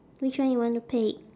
which one you want to pick